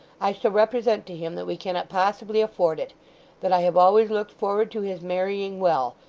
i shall represent to him that we cannot possibly afford it that i have always looked forward to his marrying well,